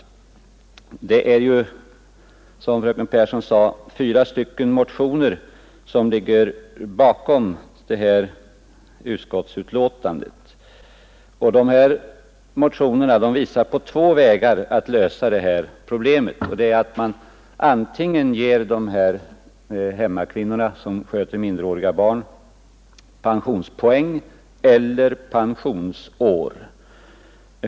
Det är ju, som fröken Pehrsson sade, fyra motioner som ligger bakom utskottsbetänkandet, och de motionerna visar på två vägar att lösa det här problemet. Den ena är att man ger de hemmakvinnor som sköter minderåriga barn pensionspoäng.